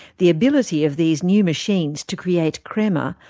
the ability of these new machines to create crema,